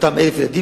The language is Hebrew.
אותם 1,000 ילדים,